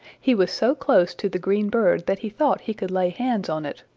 he was so close to the green bird that he thought he could lay hands on it,